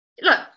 Look